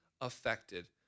affected